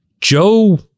Joe